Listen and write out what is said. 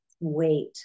weight